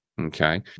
Okay